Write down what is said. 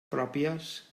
pròpies